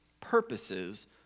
purposes